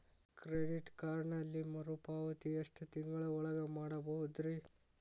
Credit ಕಾರ್ಡಿನಲ್ಲಿ ಮರುಪಾವತಿ ಎಷ್ಟು ತಿಂಗಳ ಒಳಗ ಮಾಡಬಹುದ್ರಿ?